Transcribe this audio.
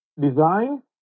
design